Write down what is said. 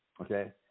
Okay